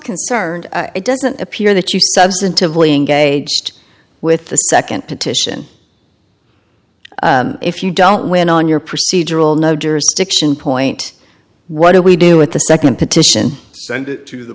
concerned it doesn't appear that you substantively engaged with the second petition if you don't win on your procedural no jurisdiction point what do we do with the second petition send it to the